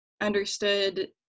understood